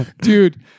dude